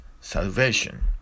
salvation